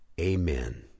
Amen